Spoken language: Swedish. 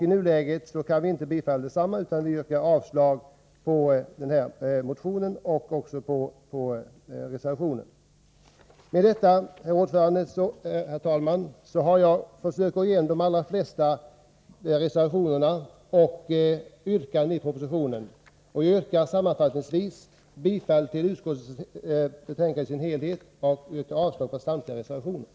I nuläget kan vi inte tillstyrka motionens förslag utan yrkar avslag på reservation 30. Med detta, herr talman, har jag försökt gå igenom de flesta av reservationerna och yrkandena i propositionen. Jag yrkar sammanfattningsvis bifall till utskottets hemställan i dess helhet och avslag på samtliga reservationer.